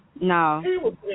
No